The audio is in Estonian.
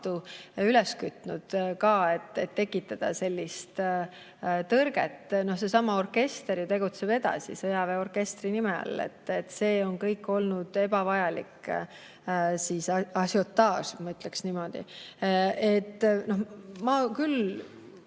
üles keerutanud, et tekitada sellist tõrget. No seesama orkester ju tegutseb edasi sõjaväeorkestri nime all. See on kõik olnud ebavajalik ažiotaaž, ma ütleksin niimoodi. Ma küll